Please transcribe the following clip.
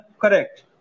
correct